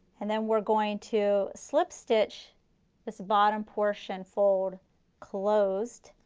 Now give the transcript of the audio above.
and then we are going to slip stitch this bottom portion fold closed,